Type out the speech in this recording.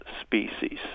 species